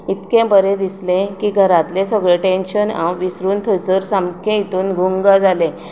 इतके बरें दिसलें की घरांतलें सगलें टेंशन हांव विसरून थंयसर सामके हितून गुंग जालें